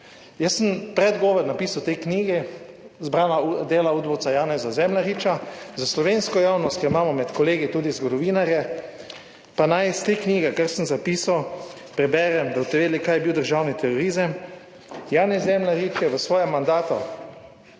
Jaz sem predgovor napisal v tej knjigi Zbrana dela udbovca Janeza Zemljariča. Za slovensko javnost, ki jo imamo med kolegi, tudi zgodovinarje, pa naj iz te knjige, kar sem zapisal, preberem, da boste vedeli, kaj je bil državni terorizem. Janez Zemljarič, ki je v svojem mandatu